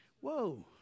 Whoa